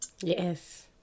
yes